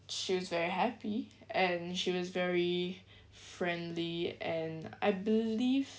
she was very happy and she was very friendly and I believe